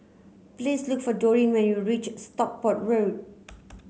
please look for Doreen when you reach Stockport Road